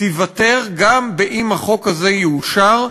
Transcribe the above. גם אם החוק הזה יאושר,